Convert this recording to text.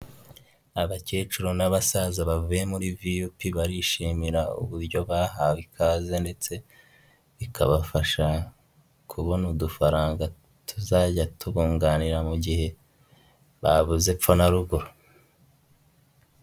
Abakecuru n'abasaza bavuye muri VUP, barishimira uburyo bahawe ikaze ndetse bikabafasha kubona udufaranga tuzajya tubunganira mu gihe babuze epfo na ruguru.